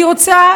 אני רוצה